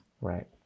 Right